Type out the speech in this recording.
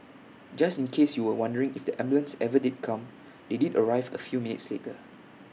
just in case you were wondering if the ambulance ever did come they did arrive A few minutes later